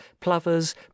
plovers